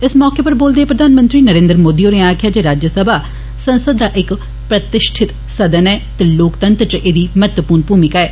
इस मौके उप्पर बोलदे होई प्रधानमंत्री नरेन्द्र मोदी होरें आक्खेआ जे राज्यसभा संसद दा इक प्रतिषिठित सदन ऐ ते लोकतंत्र च ऐदी महत्वपूर्ण मूमिका ऐ